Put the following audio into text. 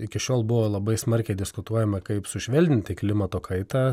iki šiol buvo labai smarkiai diskutuojama kaip sušvelninti klimato kaitą